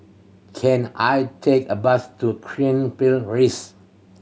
can I take a bus to Cairnhill Rise